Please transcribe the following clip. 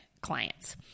clients